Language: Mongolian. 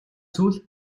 зүйл